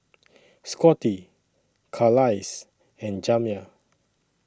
Scottie Carlisle and Jamya